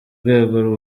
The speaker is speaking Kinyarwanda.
rwego